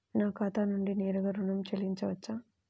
నా ఖాతా నుండి నేరుగా ఋణం చెల్లించవచ్చా?